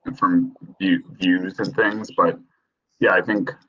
from you, you just have things, but yeah, i think.